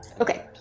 Okay